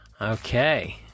Okay